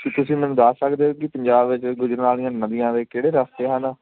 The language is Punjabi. ਤੁਸੀਂ ਮੈਨੂੰ ਦੱਸ ਸਕਦੇ ਹੋ ਕਿ ਪੰਜਾਬ ਵਿੱਚ ਗੁਜਰਨ ਵਾਲੀਆਂ ਨਦੀਆਂ ਦੇ ਕਿਹੜੇ ਰਸਤੇ ਹਨ